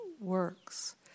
works